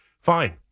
Fine